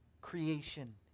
creation